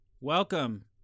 welcome